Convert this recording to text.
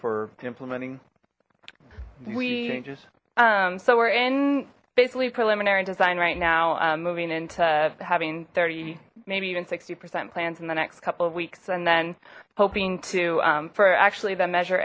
for implementing changes um so we're in basically preliminary design right now moving into having thirty maybe even sixty percent plans in the next couple of weeks and then hoping to four actually then measure